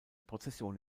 prozession